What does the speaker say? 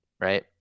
right